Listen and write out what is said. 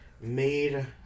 made